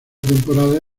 temporada